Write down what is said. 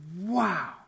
wow